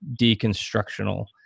deconstructional